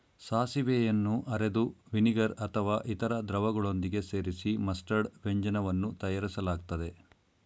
ಸಾಸಿವೆಯನ್ನು ಅರೆದು ವಿನಿಗರ್ ಅಥವಾ ಇತರ ದ್ರವಗಳೊಂದಿಗೆ ಸೇರಿಸಿ ಮಸ್ಟರ್ಡ್ ವ್ಯಂಜನವನ್ನು ತಯಾರಿಸಲಾಗ್ತದೆ